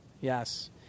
Yes